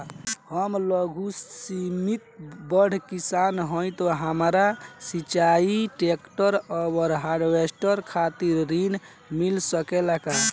हम लघु सीमांत बड़ किसान हईं त हमरा सिंचाई ट्रेक्टर और हार्वेस्टर खातिर ऋण मिल सकेला का?